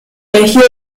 erhielt